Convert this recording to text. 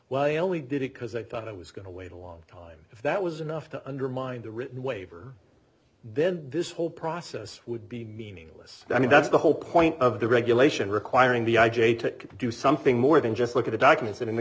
well i only did it because i thought i was going to wait a long time if that was enough to undermine the written waiver then this whole process would be meaningless i mean that's the whole point of the regulation requiring the i j a to do something more than just look at the documents and in the